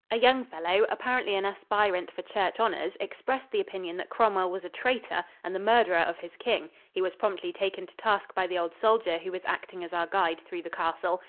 a young fellow, apparently an aspirant for church honors, expressed the opinion that cromwell was a traitor and the murderer of his king. he was promptly taken to task by the old soldier who was acting as our guide through the castle.